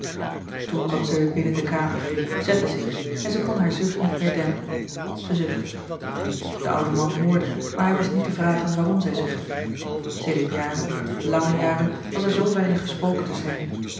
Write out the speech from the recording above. toen kwam zij weêr binnen de kamer zette zich en zij kon haar zucht niet meer dempen zij zuchtte de oude man hoorde maar hij wist niet te vragen waarom zij zuchtte sedert jaren lange jaren was er zoo weinig gesproken tusschen hen